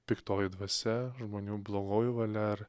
piktoji dvasia žmonių blogoji valia ar